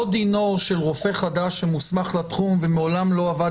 לא דינו של רופא חדש שמוסמך לתחום ומעולם לא עבד